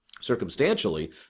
Circumstantially